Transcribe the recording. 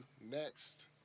next